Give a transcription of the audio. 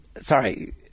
sorry